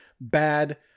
bad